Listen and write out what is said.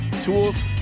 tools